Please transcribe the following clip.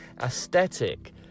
aesthetic